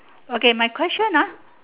okay my question ah